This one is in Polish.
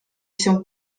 się